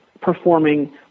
performing